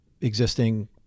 existing